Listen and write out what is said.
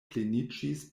pleniĝis